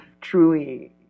truly